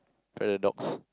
paradox